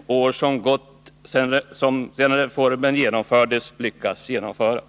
under de fem år som gått sedan reformen infördes.